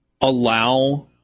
allow